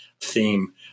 theme